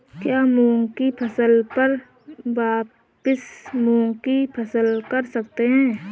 क्या मूंग की फसल पर वापिस मूंग की फसल कर सकते हैं?